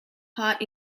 part